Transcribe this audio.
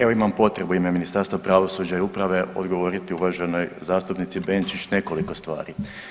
Evo imam potrebu u ime Ministarstva pravosuđa i uprave odgovoriti uvaženoj zastupnici Benčić nekoliko stvari.